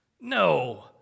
No